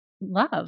love